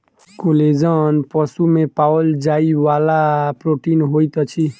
collagen पशु में पाओल जाइ वाला प्रोटीन होइत अछि